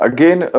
Again